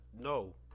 no